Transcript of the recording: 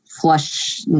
flush